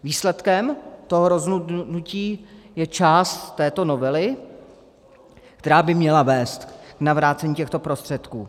Výsledkem toho rozhodnutí je část této novely, která by měla vést k navrácení těchto prostředků.